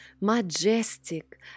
majestic